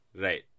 Right